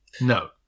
No